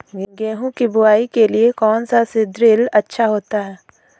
गेहूँ की बुवाई के लिए कौन सा सीद्रिल अच्छा होता है?